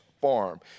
farm